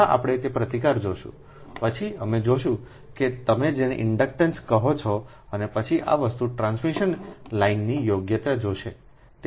પહેલા આપણે તે પ્રતિકાર જોશું પછી અમે જોશું કે તમે જેને તમે ઇન્ડક્ટન્સ કહો છો અને પછી આ વસ્તુ ટ્રાન્સમિશન લાઇનની યોગ્યતા જોશો